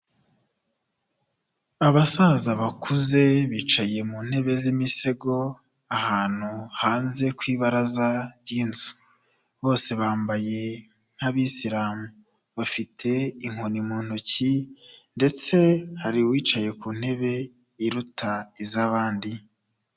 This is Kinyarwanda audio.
Abasaza bakuze bicaye mu ntebe z'imisego ahantu hanze kw'ibaraza ry'inzu, bose bambaye nk'abisilamu bafite inkoni mu ntoki ndetse hari uwicaye ku ntebe iruta iz'abandi.